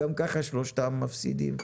גם ככה שלושתן מפסידות,